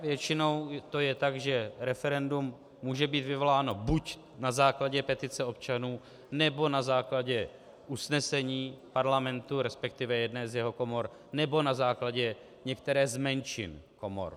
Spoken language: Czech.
Většinou je to tak, že referendum může být vyvoláno buď na základě petice občanů, nebo na základě usnesení Parlamentu, respektive jedné z jeho komor, nebo na základě některé z menšin komor.